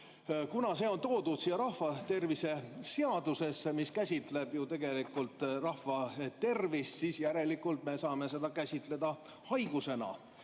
Kuna see on toodud siia rahvatervise seadusesse, mis käsitleb ju tegelikult rahva tervist, siis järelikult me saame seda käsitleda haigusena.